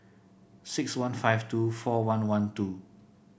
six one five two four one one two